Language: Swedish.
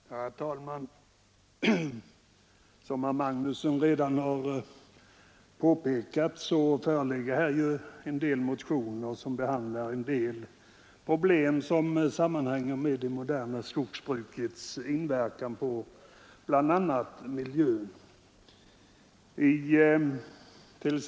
Herr talman! Som herr Magnusson i Kristinehamn redan har påpekat föreligger här några motioner som behandlar problem som sammanhänger med det moderna skogsbrukets inverkan på bl.a. miljön.